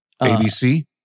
ABC